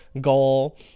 goal